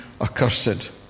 accursed